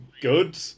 good